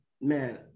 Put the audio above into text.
Man